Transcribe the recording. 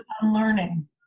unlearning